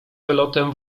wylotem